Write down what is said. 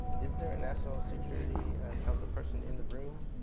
is there a national security council person in the room,